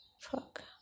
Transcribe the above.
fuck